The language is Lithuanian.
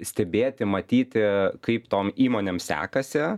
stebėti matyti kaip tom įmonėm sekasi